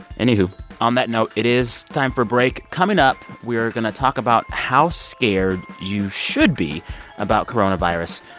anywho, on that note, it is time for a break. coming up, we are going to talk about how scared you should be about coronavirus.